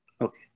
Okay